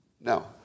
No